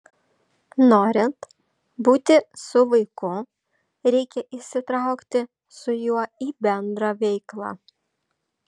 norint būti su vaiku reikia įsitraukti su juo į bendrą veiklą